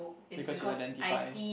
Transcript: because you identify